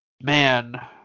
Man